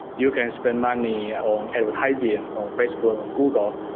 you can spend money on advertising on facebook, on google,